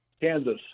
Kansas